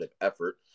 effort